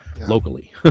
locally